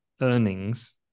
earnings